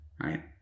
right